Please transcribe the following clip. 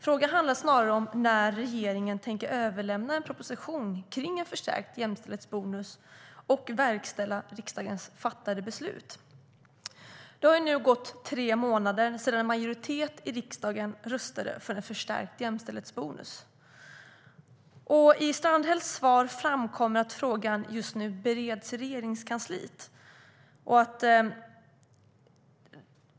Frågan handlar snarare om när regeringen tänker överlämna en proposition om en förstärkt jämställdhetsbonus och verkställa riksdagens fattade beslut. Det har nu gått tre månader sedan en majoritet i riksdagen röstade för en förstärkt jämställdhetsbonus. I Strandhälls svar framkommer att frågan just nu bereds i Regeringskansliet.